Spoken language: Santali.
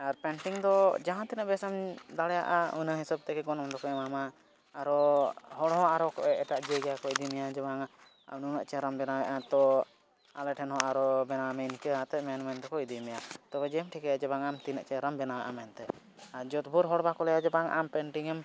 ᱟᱨ ᱫᱚ ᱡᱟᱦᱟᱸ ᱛᱤᱱᱟᱹᱜ ᱵᱮᱥᱮᱢ ᱫᱟᱲᱮᱭᱟᱜᱼᱟ ᱚᱱᱟ ᱦᱤᱥᱟᱹᱵᱽ ᱛᱮᱜᱮ ᱜᱚᱱᱚᱝ ᱫᱚᱠᱚ ᱮᱢᱟᱢᱟ ᱟᱨᱦᱚᱸ ᱦᱚᱲᱦᱚᱸ ᱟᱨᱦᱚᱸ ᱮᱴᱟᱜ ᱡᱟᱭᱜᱟ ᱠᱚ ᱤᱫᱤ ᱢᱮᱭᱟ ᱡᱮ ᱵᱟᱝᱟ ᱱᱩᱱᱟᱹᱜ ᱪᱮᱦᱨᱟᱢ ᱵᱮᱱᱟᱣᱮᱫᱼᱟ ᱛᱳ ᱟᱞᱮ ᱴᱷᱮᱱ ᱦᱚᱸ ᱟᱨᱦᱚᱸ ᱵᱮᱱᱟᱣ ᱢᱮ ᱤᱱᱠᱟᱹ ᱠᱟᱛᱮᱫ ᱢᱮᱱ ᱢᱮᱱ ᱛᱮᱠᱚ ᱤᱫᱤ ᱢᱮᱭᱟ ᱛᱚᱵᱮ ᱡᱮᱢ ᱴᱷᱤᱠᱟᱹᱭᱟ ᱡᱮ ᱵᱟᱝᱟ ᱛᱤᱱᱟᱹᱜ ᱪᱮᱦᱨᱟᱢ ᱵᱮᱱᱟᱣᱟ ᱢᱮᱱᱛᱮ ᱡᱚᱛ ᱵᱷᱳᱨ ᱦᱚᱲ ᱵᱟᱝᱠᱚ ᱞᱟᱹᱭᱟ ᱡᱮ ᱟᱢ ᱮᱢ